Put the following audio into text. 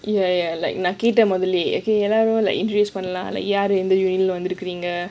ya ya like எல்லாரும்:yellarum like introduce பண்ணலாம் எந்த யுணி:pannalaam entha uni